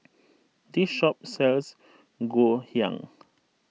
this shop sells Ngoh Hiang